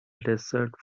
desert